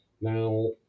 now